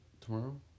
tomorrow